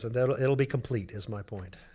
and it'll it'll be complete is my point.